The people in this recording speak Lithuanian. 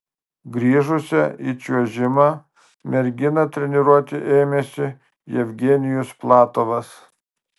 grįžusią į čiuožimą merginą treniruoti ėmėsi jevgenijus platovas